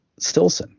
Stilson